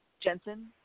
Jensen